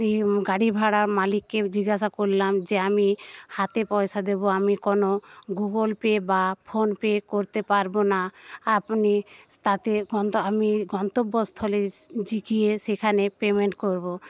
গাড়ি ভাড়া মালিককে জিজ্ঞাসা করলাম যে আমি হাতে পয়সা দেব আমি কোনো গুগল পে বা ফোন পে করতে পারবো না আপনি তাতে আমি গন্তব্য স্থলে গিয়ে সেখানে পেমেন্ট করব